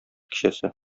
кичәсе